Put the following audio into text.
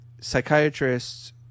psychiatrists